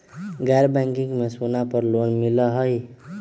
गैर बैंकिंग में सोना पर लोन मिलहई?